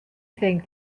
think